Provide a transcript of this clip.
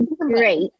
great